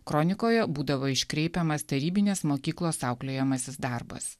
kronikoje būdavo iškreipiamas tarybinės mokyklos auklėjamasis darbas